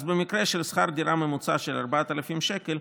אז במקרה של שכר דירה ממוצע של 4,000 שקל,